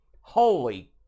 Holy